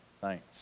Thanks